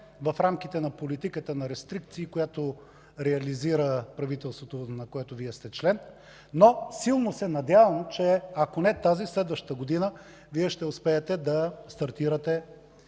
в рамките на политиката на рестрикции, която реализира правителството, на което Вие сте член, но силно се надявам, че ако не тази, то следващата година Вие ще успеете да стартирате